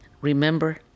remember